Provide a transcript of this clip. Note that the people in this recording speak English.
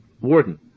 warden